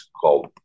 called